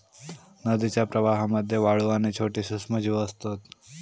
नदीच्या प्रवाहामध्ये वाळू आणि छोटे सूक्ष्मजीव असतत